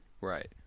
Right